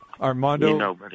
Armando